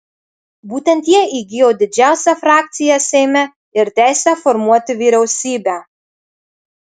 būtent jie įgijo didžiausią frakciją seime ir teisę formuoti vyriausybę